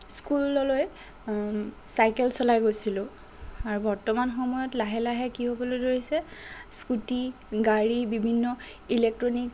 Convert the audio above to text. স্কুললৈ চাইকেল চলাই গৈছিলোঁ আৰু বৰ্তমান সময়ত লাহে লাহে কি হ'বলৈ ধৰিছে স্কুটী গাড়ী বিভিন্ন ইলেক্ট্ৰনিক